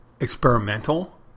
experimental